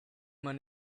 man